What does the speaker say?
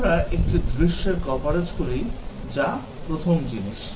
আমরা একটি দৃশ্যের কভারেজ করি যা প্রথম জিনিস